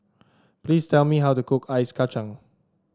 please tell me how to cook Ice Kacang